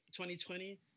2020